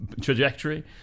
trajectory